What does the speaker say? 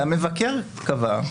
המבקר קבע,